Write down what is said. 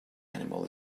animal